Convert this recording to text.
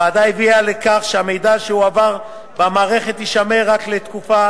הוועדה הביאה לכך שהמידע שהועבר במערכת יישמר רק לתקופה